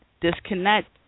disconnect